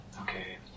okay